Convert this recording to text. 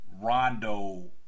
Rondo